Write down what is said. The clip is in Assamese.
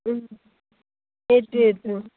এইটোৱেইতো